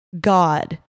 God